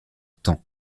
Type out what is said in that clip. temps